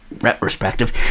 Retrospective